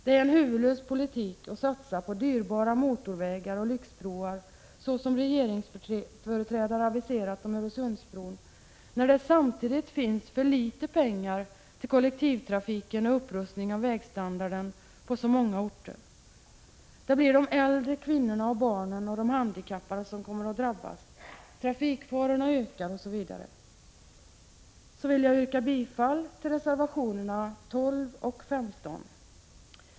Det är en huvudlös politik att satsa på dyrbara motorvägar och lyxbroar, så som regeringsföreträdare aviserat om Öresundsbron, när det samtidigt finns för litet pengar till kollektivtrafiken och upprustning av vägstandarden på så många orter. Det blir de äldre, kvinnorna, barnen och de handikappade som drabbas — trafikfarorna ökar, osv. Jag yrkar således bifall till reservationerna 12 och 15.